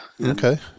okay